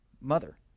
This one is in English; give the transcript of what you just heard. mother